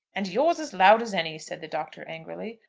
and yours as loud as any, said the doctor, angrily.